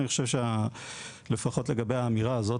אני חושב שלפחות לגבי האמירה הזו,